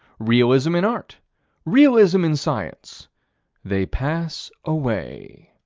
realism in art realism in science they pass away.